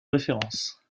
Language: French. référence